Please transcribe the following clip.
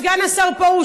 סגן השר פרוש,